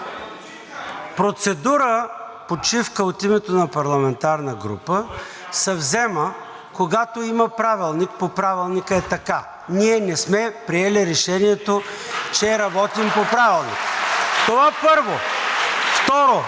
Процедурата почивка от името на парламентарна група се взема, когато има Правилник, по Правилника е така. Ние не сме приели решението, че работим по Правилник (ръкопляскания от